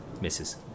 Misses